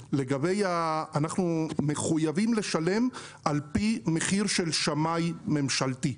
אנחנו מחויבים לשלם על פי מחיר של שמאי ממשלתי.